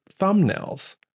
thumbnails